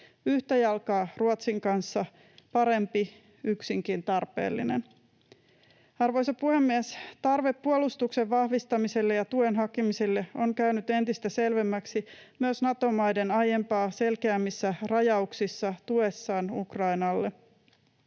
yhtä jalkaa Ruotsin kanssa parempi, yksinkin tarpeellinen. Arvoisa puhemies! Tarve puolustuksen vahvistamiselle ja tuen hakemiselle on käynyt entistä selvemmäksi myös Nato-maiden aiempaa selkeämmissä rajauksissa tuessaan Ukrainalle.